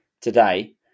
today